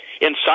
inside